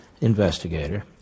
investigator